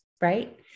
right